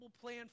plan